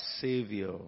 Savior